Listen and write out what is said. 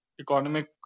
economic